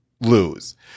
lose